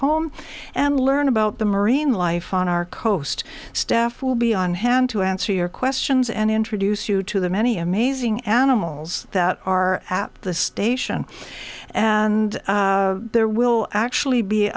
home and learn about the marine life on our coast staff will be on hand to answer your questions and introduce you to the many amazing animals that are at the station and there will actually be